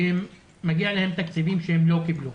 כי מגיעים להם תקציבים שהם לא קיבלו.